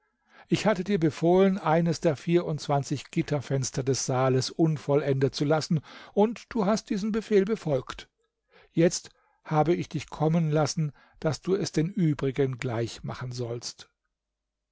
ich hatte dir befohlen eines der vierundzwanzig gitterfenster des saales unvollendet zu lassen und du hast diesen befehl befolgt jetzt habe ich dich kommen lassen daß du es den übrigen gleich machen sollst